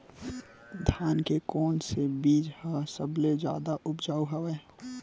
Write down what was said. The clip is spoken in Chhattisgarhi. धान के कोन से बीज ह सबले जादा ऊपजाऊ हवय?